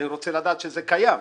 אני רוצה לדעת שזה קיים.